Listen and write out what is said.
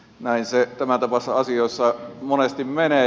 näin se tämäntapaisissa asioissa monesti menee